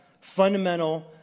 fundamental